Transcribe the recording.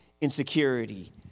insecurity